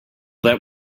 that